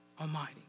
Almighty